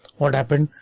what happened,